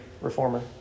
reformer